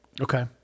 Okay